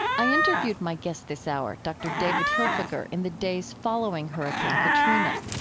i interviewed my guest this hour, dr. david hilfiker, in the days following hurricane katrina.